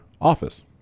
office